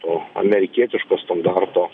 to amerikietiško standarto